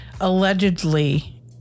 allegedly